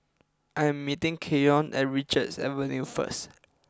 I am meeting Keyon at Richards Avenue first